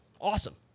awesome